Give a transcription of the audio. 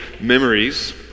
memories